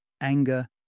anger